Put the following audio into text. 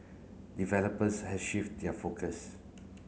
developers has shift their focus